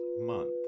month